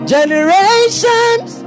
Generations